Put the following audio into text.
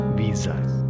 visas